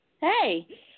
Hey